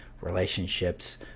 relationships